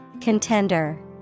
Contender